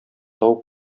тау